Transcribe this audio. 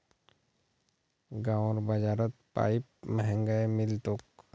गांउर बाजारत पाईप महंगाये मिल तोक